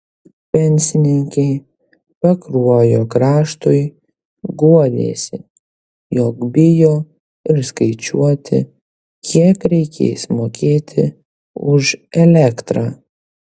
pensininkė pakruojo kraštui guodėsi jog bijo ir skaičiuoti kiek reikės mokėti už elektrą